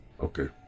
Okay